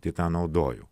tai tą naudoju